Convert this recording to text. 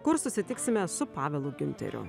kur susitiksime su pavelu giunteriu